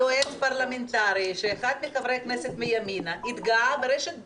היועץ הפרלמנטרי של אחד מחברי הכנסת מימינה התגאה ברשת ב',